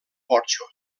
porxo